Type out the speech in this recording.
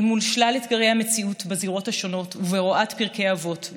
אל מול שלל אתגרי המציאות בזירות השונות ובהוראת פרקי אבות,